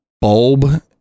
bulb